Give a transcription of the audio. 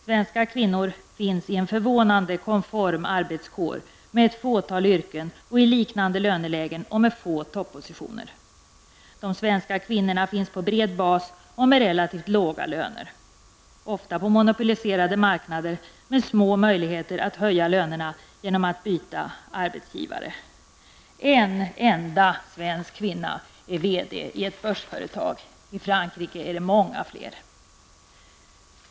Svenska kvinnor finns i en förvånande konform arbetskår med ett fåtal yrken, i liknande lönelägen och med få toppositioner. De svenska kvinnorna utgör en bred bas och har relativt låga löner, ofta på monopoliserade marknader med små möjligheter att höja lönerna genom att byta arbetsgivare. En enda svensk kvinna är VD i ett börsföretag. I Frankrike är de många fler.